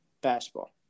basketball